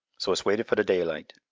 so us waited for th' daylight.